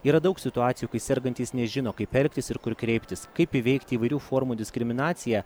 yra daug situacijų kai sergantys nežino kaip elgtis ir kur kreiptis kaip įveikti įvairių formų diskriminaciją